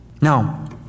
Now